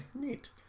neat